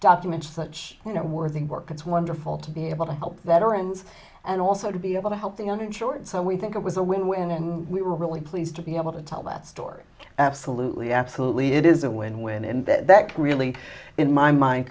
document such you know worthing work it's wonderful to be able to help veterans and also to be able to help the uninsured so we think it was a win win and we were really pleased to be able to tell that story absolutely absolutely it is a win win and that really in my mind